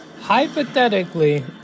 Hypothetically